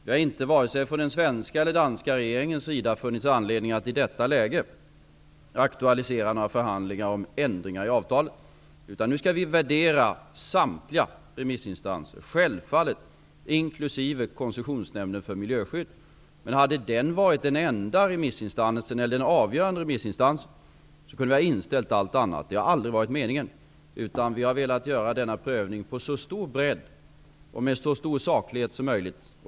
Det har inte från vare sig den svenska eller danska regeringens sida funnits anledning att i detta läge aktualisera några förhandlingar om ändringar i avtalet, utan nu skall vi värdera samtliga remissinstanser, självfallet inkl. Koncessionsnämnden för miljöskydd. Men om den hade varit den enda eller avgörande remissinstansen kunde vi ha inställt allt annat. Det har aldrig varit meningen, utan vi har velat göra denna prövning på så stor bredd och med en så stor saklighet som möjligt.